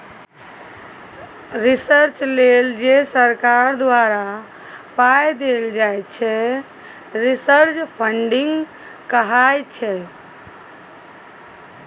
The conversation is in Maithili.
रिसर्च लेल जे सरकार द्वारा पाइ देल जाइ छै रिसर्च फंडिंग कहाइ छै